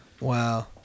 Wow